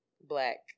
Black